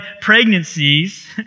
pregnancies